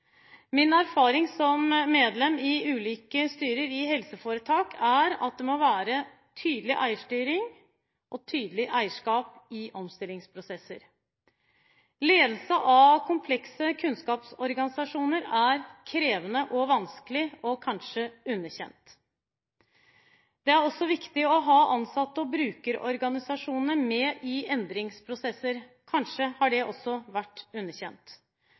Min erfaring som medlem i ulike styrer i helseforetak er at det må være tydelig eierstyring og tydelig eierskap i omstillingsprosesser. Ledelse av komplekse kunnskapsorganisasjoner er krevende og vanskelig og kanskje underkjent. Det er også viktig å ha ansatte og brukerorganisasjonene med i endringsprosesser, kanskje har det også vært underkjent.